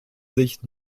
sich